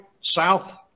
south